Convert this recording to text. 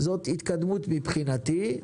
זאת התקדמות מבחינתי.